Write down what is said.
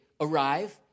arrive